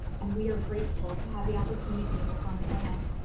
and we are grateful to have the opportunity to work on this land.